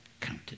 counted